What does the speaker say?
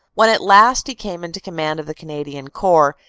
when at last he came into command of the canadian corps,